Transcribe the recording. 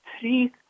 three